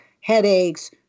headaches